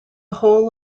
whole